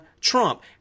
Trump